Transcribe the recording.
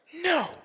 no